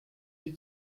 die